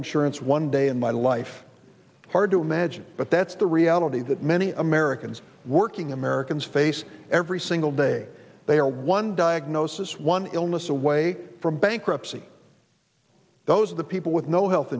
insurance one day in my life hard to imagine but that's the reality that many americans working americans face every single day they are one diagnosis one illness away from bankruptcy those are the people with no health